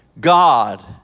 God